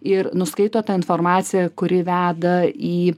ir nuskaito tą informaciją kuri veda į